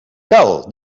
cal